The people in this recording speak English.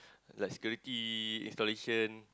like security installation